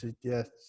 yes